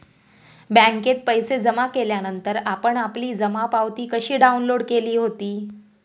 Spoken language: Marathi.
बँकेत पैसे जमा केल्यानंतर आपण आपली जमा पावती कशी डाउनलोड केली होती?